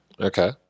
okay